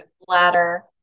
bladder